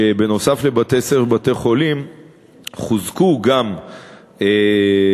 שנוסף על בתי-ספר ובתי-חולים חוזקו גם שתי